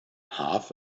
half